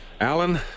Alan